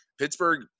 Pittsburgh